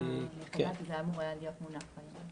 זה היה אמור להיות מונח היום.